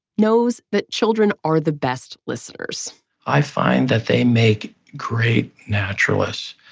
knows that children are the best listeners i find that they make great naturalists.